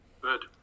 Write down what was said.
Good